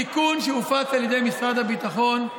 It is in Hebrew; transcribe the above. התיקון שהופץ על ידי משרד הביטחון,